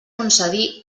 concedir